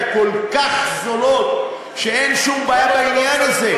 כל כך זול שאין שום בעיה בעניין הזה.